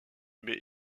mais